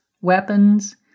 weapons